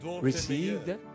received